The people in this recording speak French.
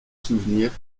souvenirs